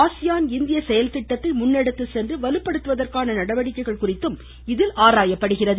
ASEAN இந்திய முன்னெடுத்துச்சென்று வலுப்படுத்துவதற்கான நடவடிக்கைகள் குறித்தும் இதில் ஆராயப்படுகிறது